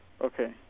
Okay